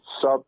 sub